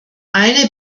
eine